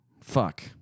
Fuck